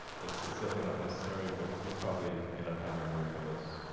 it's it's definitely not necessary, but you'd probably end up having a moon base,